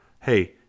Hey